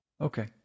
Okay